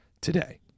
today